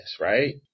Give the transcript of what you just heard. right